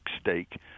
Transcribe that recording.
stake